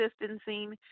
distancing